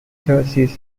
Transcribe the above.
jerseys